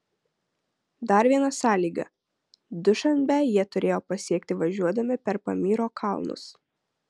dar viena sąlyga dušanbę jie turėjo pasiekti važiuodami per pamyro kalnus